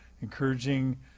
encouraging